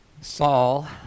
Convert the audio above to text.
Saul